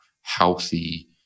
healthy